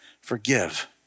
forgive